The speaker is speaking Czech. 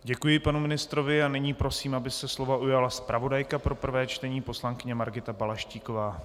Děkuji panu ministrovi a nyní prosím, aby se slova ujala zpravodajka pro prvé čtení poslankyně Margita Balaštíková.